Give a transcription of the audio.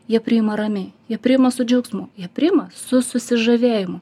jie priima ramiai jie priima su džiaugsmu jie priima su susižavėjimu